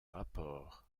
rapport